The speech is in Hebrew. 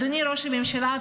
אדוני ראש הממשלה,